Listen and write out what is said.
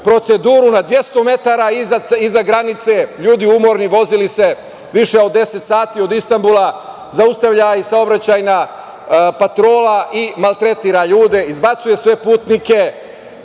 proceduru, na 200 metara iza granice, ljudi umorni, vozili se više od 10 sati od Istanbula, zaustavlja ih saobraćajna patrola i maltretira ljude, izbacuje sve putnike,